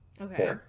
Okay